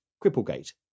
Cripplegate